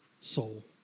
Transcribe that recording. soul